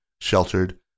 sheltered